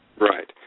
Right